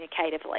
communicatively